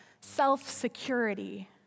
self-security